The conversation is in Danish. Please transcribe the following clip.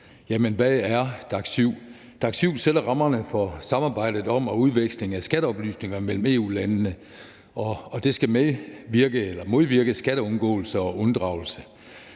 DAC7 helt præcis? DAC7 sætter rammerne for samarbejdet om og udveksling af skatteoplysninger mellem EU-landene, og det skal modvirke skatteundgåelse og -unddragelse.